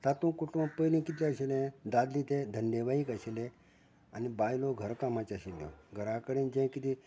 तातूंत कुटूंब पयलीं किदें आशिल्लें दादले ते धंदेवाईक आशिल्ले आनी बायलो घरकामाच्यो आशिल्यो